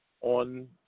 on